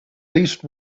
least